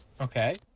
Okay